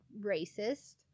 racist